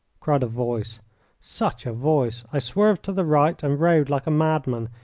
cried a voice such a voice! i swerved to the right and rode like a madman,